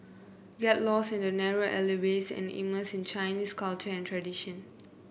yet lost in the narrow alleyways and immerse in Chinese culture and tradition